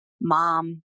mom